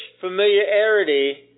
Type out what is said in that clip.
familiarity